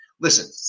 listen